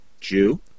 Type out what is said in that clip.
Jew